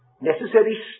necessary